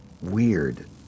weird